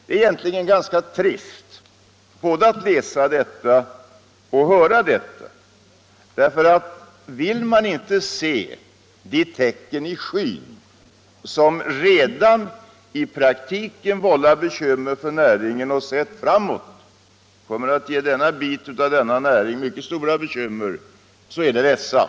Det är egentligen ganska trist både att läsa och att höra detta. Vill man inte se de tecken i skyn som redan i praktiken vållar bekymmer för näringen och sett framåt kommer att ge denna bit av näringen stora bekymmer är det ledsamt.